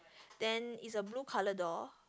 then is a blue color door